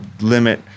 limit